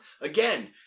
again